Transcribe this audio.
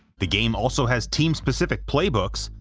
the game also has team-specific playbooks,